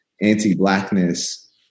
anti-blackness